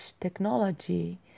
technology